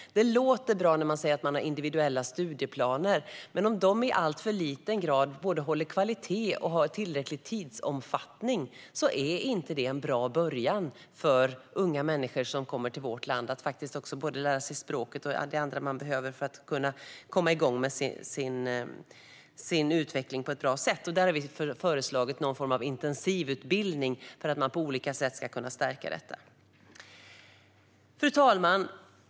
Det låter bra när man säger att man har individuella studieplaner, men om dessa i alltför låg grad håller god kvalitet och har tillräcklig tidsomfattning innebär de inte någon bra början för unga människor som kommer till vårt land och ska lära sig språket och de andra saker som behövs för att de ska kunna komma igång med sin utveckling på ett bra sätt. Vi har föreslagit någon form av intensivutbildning för att man på olika sätt ska kunna stärka detta. Fru talman!